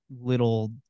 little